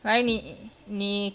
来你你